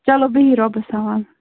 چلو بِہِو رۄبَس سوال